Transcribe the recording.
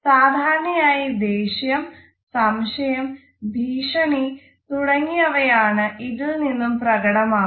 സാധാരണയായി ദേഷ്യം സംശയം ഭീഷണി തുടങ്ങിയവ ആണ് ഇതിൽ നിന്നും പ്രകടമാകുന്നത്